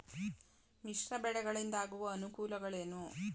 ಮಿಶ್ರ ಬೆಳೆಗಳಿಂದಾಗುವ ಅನುಕೂಲಗಳೇನು?